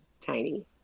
tiny